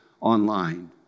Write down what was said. online